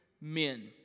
men